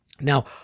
now